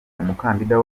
umukandida